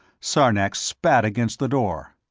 sarnax spat against the door.